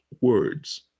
words